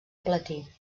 platí